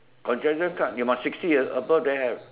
concession card you must sixty and above then have